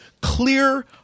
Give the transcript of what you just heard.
clear